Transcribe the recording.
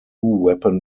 weapon